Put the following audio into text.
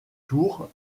tour